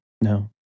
No